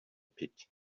pit